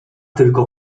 tylko